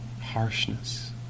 harshness